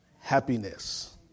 happiness